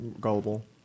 gullible